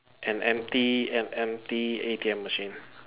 an empty an empty A_T_M machine